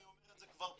אני אומר כבר פה,